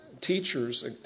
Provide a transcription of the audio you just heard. teachers